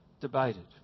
debated